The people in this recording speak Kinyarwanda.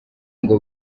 ngo